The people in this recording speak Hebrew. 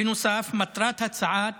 בנוסף, מטרת הצעת